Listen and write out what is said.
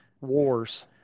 Wars